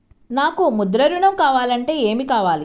నాకు ముద్ర ఋణం కావాలంటే ఏమి కావాలి?